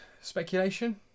Speculation